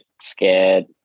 scared